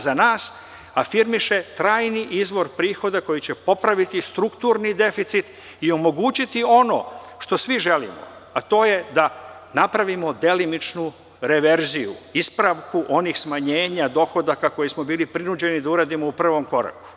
Za nas afirmiše trajni izvor prihoda koji će popraviti strukturni deficit i omogućiti ono što svi želimo, a to da je napravimo delimično reverziju, ispravku onih smanjenja dohodaka koje smo bili prinuđeni da uradimo u prvom koraku.